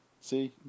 See